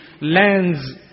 lands